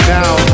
now